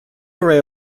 array